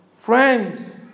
Friends